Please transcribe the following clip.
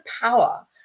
power